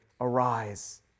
arise